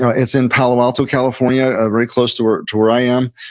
ah it's in palo alto, california. very close to where to where i am.